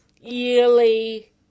yearly